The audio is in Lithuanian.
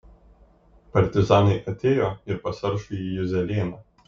partizanai atėjo ir pas aršųjį juzelėną